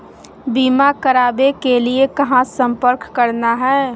बीमा करावे के लिए कहा संपर्क करना है?